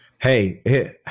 Hey